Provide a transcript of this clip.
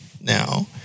now